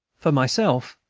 for myself,